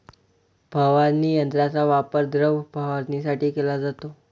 फवारणी यंत्राचा वापर द्रव फवारणीसाठी केला जातो